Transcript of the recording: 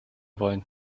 wollen